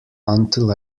until